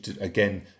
again